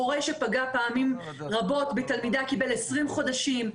מורה שפגע פעמים רבות בתלמידה קיבל 20 חודשים,